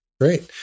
Great